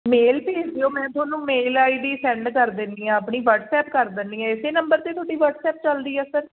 ਮੇਲ ਭੇਜ ਦਿਓ ਮੈਂ ਤੁਹਾਨੂੰ ਮੇਲ ਆਈ ਡੀ ਸੈਂਡ ਕਰ ਦਿੰਦੀ ਹਾਂ ਆਪਣੀ ਵਸਟਐਪ ਕਰ ਦਿੰਦੀ ਹਾਂ ਇਸ ਨੰਬਰ 'ਤੇ ਤੁਹਾਡੀ ਵਸਟਐਪ ਚੱਲਦੀ ਆ ਸਰ